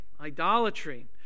Idolatry